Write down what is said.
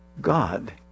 God